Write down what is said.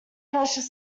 pressure